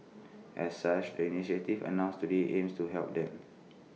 as such the initiatives announced today aims to help them